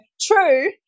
true